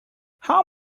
how